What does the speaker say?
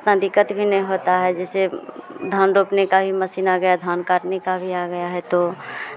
उतना दिक्कत भी नहीं होता है जैसे धान रोपने का भी मशीन आ गया है धान काटने का भी आ गया है तो